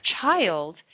child